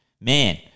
man